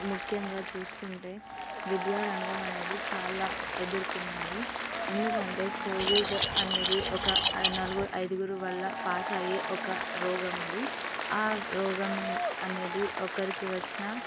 ముఖ్యంగా చూసుకుంటే విద్యా రంగం అనేది చాలా ఎదురుకున్నాయి ఎందుకంటే కోవిడ్ అనేది ఒక నలుగురు ఐదుగురు వలన పాస్ అయ్యే ఒక రోగం అది ఆ రోగం అనేది ఒకరికి వచ్చిన